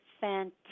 fantastic